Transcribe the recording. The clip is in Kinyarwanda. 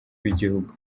b’igihugu